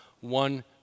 one